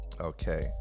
Okay